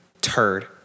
turd